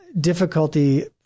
difficulty